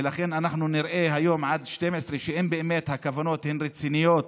ולכן אנחנו נראה היום עד 24:00 שאם באמת הכוונות הן רציניות,